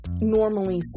normally